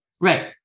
Right